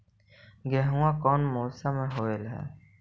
गेहूमा कौन मौसम में होब है?